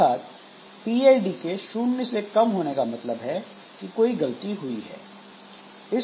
अर्थात पीआईडी के शून्य से कम होने का मतलब है कि कोई गलती हुई है